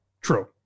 True